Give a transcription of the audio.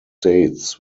states